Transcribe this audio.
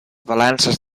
balances